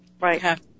right